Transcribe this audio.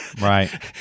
right